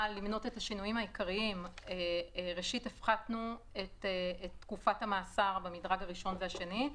הפחתנו את תקופת המאסר במדרג הראשון והשני.